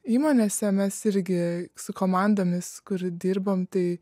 įmonėse mes irgi su komandomis kur dirbom tai